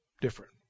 different